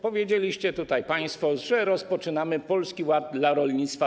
Powiedzieliście tutaj państwo, że tą ustawą rozpoczynamy Polski Ład dla rolnictwa.